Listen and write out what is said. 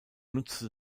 nutzte